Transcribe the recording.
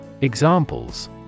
Examples